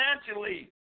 financially